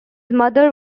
mother